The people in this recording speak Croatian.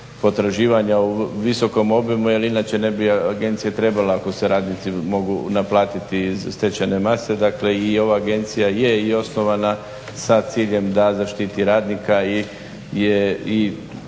potraživanja u visokom obimu jer inače ne bi agencija trebala ako se radnici mogu naplatiti iz stečajne mase, dakle i ova agencija je osnovana sa ciljem da zaštiti radnika i